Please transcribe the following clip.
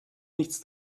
nichts